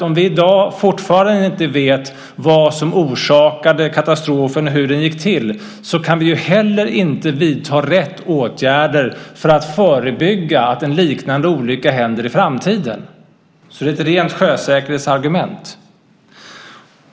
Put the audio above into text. Om vi i dag fortfarande inte vet vad som orsakade katastrofen och hur den gick till kan vi ju heller inte vidta rätt åtgärder för att förebygga att en liknande olycka händer i framtiden. Det är alltså ett rent sjösäkerhetsargument.